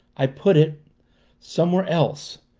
i put it somewhere else,